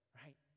right